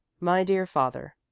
my dear father.